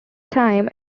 time